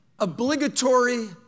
obligatory